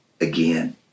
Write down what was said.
again